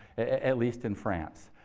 at least in france.